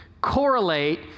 correlate